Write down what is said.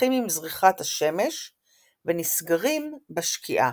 נפתחים עם זריחת השמש ונסגרים בשקיעה.